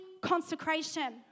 consecration